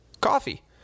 coffee